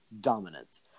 dominance